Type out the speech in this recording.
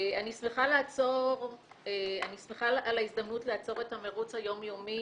אני שמחה על ההזדמנות לעצור את המרוץ היום-יומי